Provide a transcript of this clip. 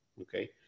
okay